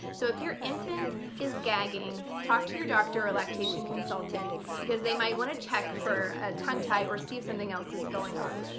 so if your infant is gagging, talk to your doctor or lactation consultant because they might want to check for a tongue tie or see if something else is going on.